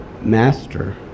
master